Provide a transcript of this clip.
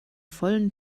vollen